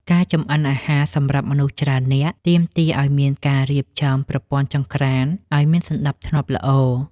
ការចម្អិនអាហារសម្រាប់មនុស្សច្រើននាក់ទាមទារឱ្យមានការរៀបចំប្រព័ន្ធចង្ក្រានឱ្យមានសណ្តាប់ធ្នាប់ល្អ។